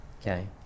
okay